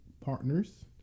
partners